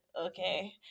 okay